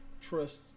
trust